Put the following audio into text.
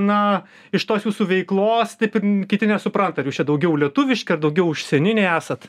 na iš tos jūsų veiklos taip ir kiti nesupranta ar jūs čia daugiau lietuviški daugiau užsieniniai esat